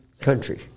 country